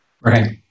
right